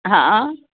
हां